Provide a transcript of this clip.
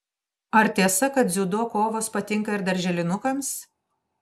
ar tiesa kad dziudo kovos patinka ir darželinukams